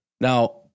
Now